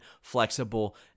flexible